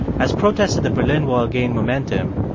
as protests at the berlin wall gained momentum,